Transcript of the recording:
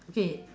okay